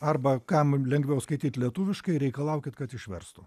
arba kam lengviau skaityt lietuviškai reikalaukit kad išverstų